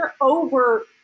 over